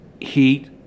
Heat